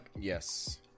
Yes